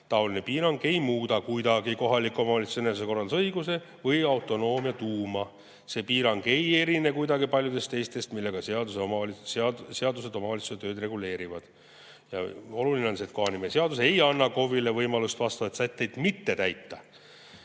Taoline piirang ei muuda kuidagi kohaliku omavalitsuse enesekorraldusõiguse või autonoomia tuuma. See piirang ei erine kuidagi paljudest teistest, millega seadused omavalitsuse tööd reguleerivad. Ja oluline on see, et kohanimeseadus ei anna KOV-ile võimalust vastavaid sätteid mitte